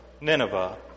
Nineveh